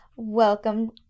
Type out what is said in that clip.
Welcome